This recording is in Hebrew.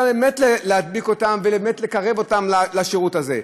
באמת להדביק את הפערים ובאמת לקרב אותם לשירות הזה,